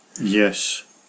Yes